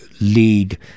lead